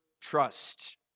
trust